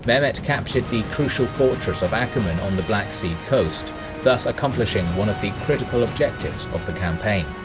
mehmed captured the crucial fortress of akkerman on the black sea coast thus accomplishing one of the critical objectives of the campaign.